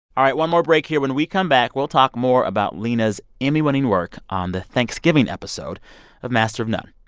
all right. one more break here. when we come back, we'll talk more about lena's emmy-winning work on the thanksgiving episode of master of none.